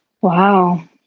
Wow